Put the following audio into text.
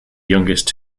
youngest